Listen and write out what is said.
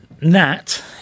Nat